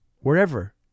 Wherever